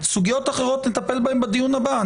סוגיות אחרות נטפל בהם בדיון הבא,